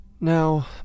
Now